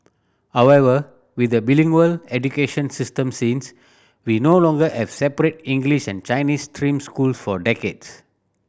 however with a bilingual education system since we no longer have separate English and Chinese stream schools for decades